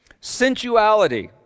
Sensuality